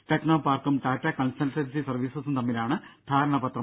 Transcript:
ടെക്നോപാർക്കും Tata consultancy സർവീസസും തമ്മിലാണ് ധാരണാപത്രം